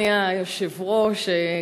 אדוני היושב-ראש,